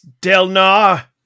Delnar